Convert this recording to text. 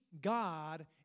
God